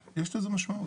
יש לזה משמעות,